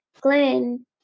Glenn